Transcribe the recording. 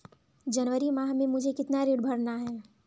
जनवरी माह में मुझे कितना ऋण भरना है?